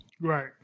Right